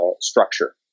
structure